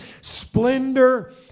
splendor